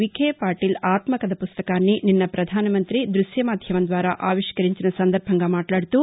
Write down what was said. విఖే పాటిల్ ఆత్యకథ పుస్తకాన్ని నిన్న పధానమంతి ర్బశ్వ మాధ్యమం ద్వారా ఆవిష్టరించిన సందర్బంగా మాట్లాడుతూ